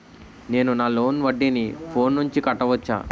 నేను నా లోన్ వడ్డీని ఫోన్ నుంచి కట్టవచ్చా?